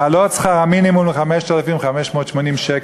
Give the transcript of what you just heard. להעלות את שכר המינימום ל-5,580 שקל.